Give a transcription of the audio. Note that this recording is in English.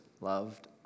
loved